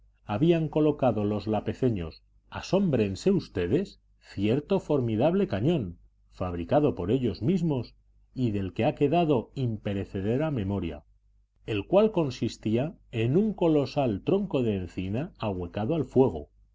habían colocado los lapezeños asómbrense ustedes cierto formidable cañón fabricado por ellos mismos y de que ha quedado imperecedera memoria el cual consistía en un colosal tronco de encina ahuecado al fuego